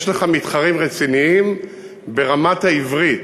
יש לך מתחרים רציניים ברמת העברית.